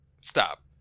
stop